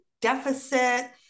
deficit